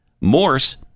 Morse